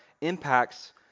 impacts